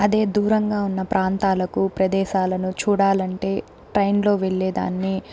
అదే దూరంగా ఉన్న ప్రాంతాలకు ప్రదేశాలను చూడాలి అంటే ట్రైన్లో వెళ్ళే దాన్ని